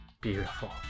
Beautiful